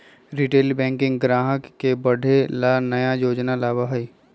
retail banking ग्राहक के बढ़े ला नया योजना लावा हई